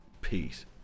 Peace